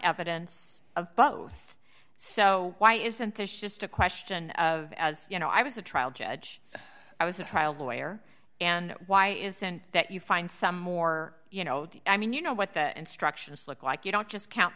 evidence of both so why isn't this just a question of as you know i was the trial judge i was a trial lawyer and why isn't that you find some more you know the i mean you know what the instructions look like you don't just count